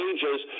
Ages